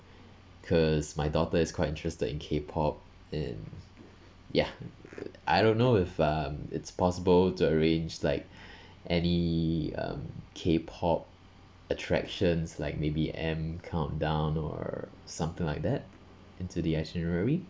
cause my daughter is quite interested in K pop and ya I don't know if um it's possible to arrange like any um K pop attractions like maybe M countdown or something like that into the itinerary